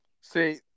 See